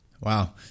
Wow